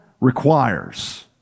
requires